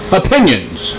opinions